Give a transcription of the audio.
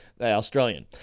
Australian